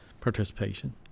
participation